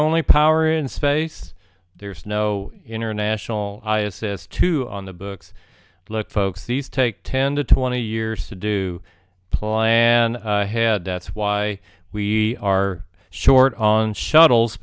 only power in space there's no international i assist two on the books look folks these take ten to twenty years to do ploy and head that's why we are short on shuttles